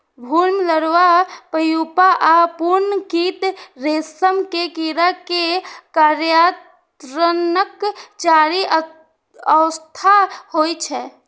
भ्रूण, larva, pupa आ पूर्ण कीट रेशम के कीड़ा के कायांतरणक चारि अवस्था होइ छै